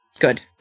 good